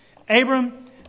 Abram